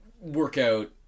workout